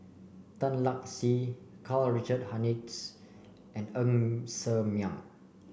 Tan Lark Sye Karl Richard Hanitsch and Ng Ser Miang